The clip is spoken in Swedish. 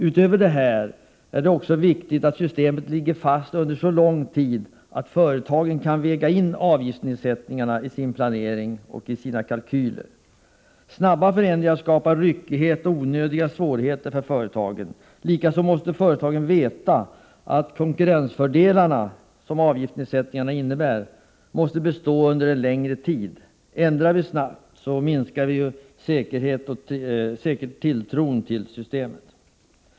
Utöver detta är det också viktigt att systemet ligger fast under så lång tid att företagen kan väga in avgiftsnedsättningarna i sin planering och i sina kalkyler. Snabba förändringar skapar ryckighet och onödiga svårigheter för företagen. Likaså måste företagen veta att konkurrensfördelarna som avgiftsnedsättningen innebär måste bestå under en längre tid. Ändrar vi för snabbt minskas säkert tilltron till systemet.